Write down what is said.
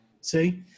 See